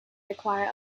require